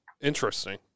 Interesting